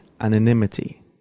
anonymity